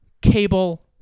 Cable